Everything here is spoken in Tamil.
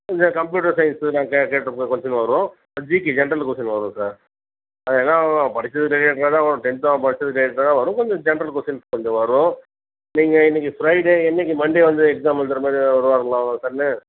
இந்த கம்ப்யூட்டர் சயின்ஸு நாங்கள் கேட்டிருக்க கொஸின் வரும் ஜிகே ஜென்ரல் கொஸின் வரும் சார் அதெல்லாம் அவன் படிச்சது ரிலேட்டடாக தான் வரும் டென்த்தில் அவன் படிச்சது ரிலேட்டடாக தான் வரும் கொஞ்சம் ஜென்ரல் கொஸின்ஸ் கொஞ்சம் வரும் நீங்கள் இன்னைக்கு ஃப்ரைடே அன்னைக்கு மண்டே வந்து எக்ஸாம் எழுதுகிற மாதிரி வருவாங்களா உங்கள் சன்னு